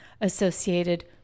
associated